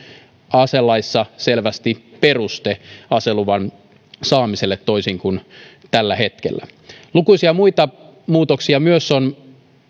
aselaissa selvästi peruste aseluvan saamiselle toisin kuin tällä hetkellä myös lukuisia muita muutoksia on